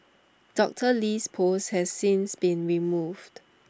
Doctor Lee's post has since been removed